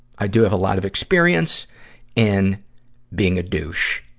i do have a lot of experience in being a douche,